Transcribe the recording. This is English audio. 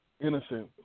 innocent